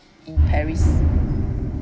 in paris